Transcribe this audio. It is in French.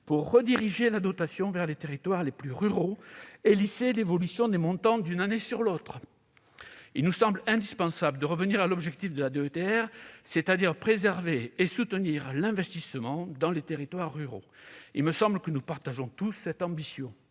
de rediriger la dotation vers les territoires les plus ruraux et de lisser l'évolution des montants d'une année sur l'autre. Il nous semble indispensable de revenir à l'objectif de la DETR, qui est de préserver et de soutenir l'investissement dans les territoires ruraux. Cette ambition, nous la partageons tous, me semble-t-il.